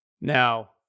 Now